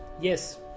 yes